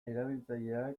erabiltzaileak